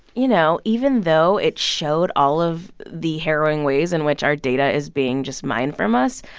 you know, even though it showed all of the harrowing ways in which our data is being just mined from us,